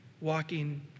walking